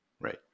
right